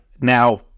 Now